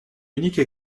unique